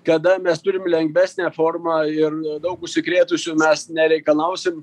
kada mes turim lengvesnę formą ir daug užsikrėtusių mes nereikalausim